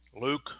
Luke